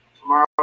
Tomorrow